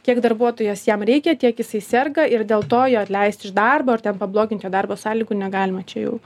kiek darbuotojas jam reikia tiek jisai serga ir dėl to jo atleisti iš darbo ar ten pablogint jo darbo sąlygų negalima čia jau